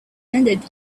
ended